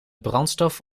brandstof